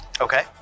Okay